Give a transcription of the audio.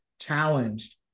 challenged